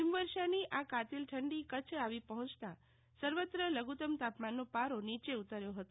હિમવર્ષાની આ કાતિલ ઠંડી ક્રચ્છ આવી પહોચતા સર્વત્ર લગુતમ તાપમાનનો પારો નીચે ઉતર્યો હતો